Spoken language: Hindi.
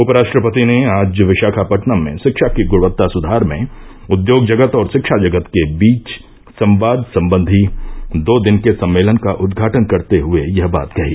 उपराष्ट्रपति ने आज विशाखापटनम में शिक्षा की गुणवत्ता सुधार में उद्योग जगत और शिक्षा जगत के बीच संवाद संबंधी दो दिन के सम्मेलन का उद्घाटन करते हुए यह बात कही